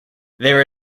there